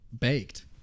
baked